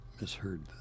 misheard